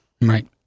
Right